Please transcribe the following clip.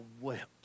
wept